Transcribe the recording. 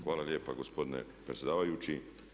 Hvala lijepa gospodine predsjedavajući.